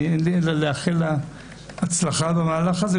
אין לי אלא לאחל להן הצלחה במהלך הזה,